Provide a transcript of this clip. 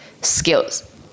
skills